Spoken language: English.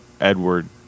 Edward